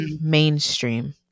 mainstream